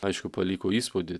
aišku paliko įspūdį